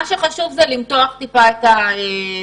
מה שחשוב זה למתוח מעט את השמיכה.